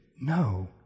no